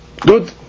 Good